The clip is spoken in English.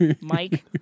Mike